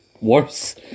worse